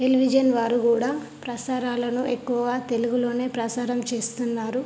television వారు కూడా ప్రసారాలను ఎక్కువగా తెలుగులో ప్రసారం చేస్తున్నారు